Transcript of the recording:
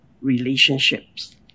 relationships